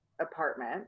apartment